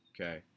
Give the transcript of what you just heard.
Okay